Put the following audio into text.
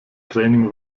training